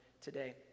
today